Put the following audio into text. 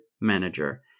manager